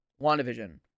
WandaVision